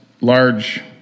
large